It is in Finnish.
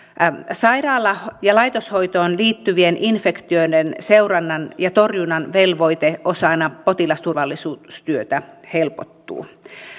sairaala ja laitoshoitoon liittyvien infektioiden seurannan ja torjunnan velvoite osana potilasturvallisuustyötä helpottuu